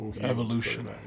evolution